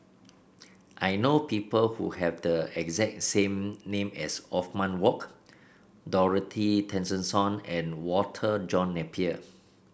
I know people who have the exact same name as Othman Wok Dorothy Tessensohn and Walter John Napier